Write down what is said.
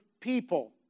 people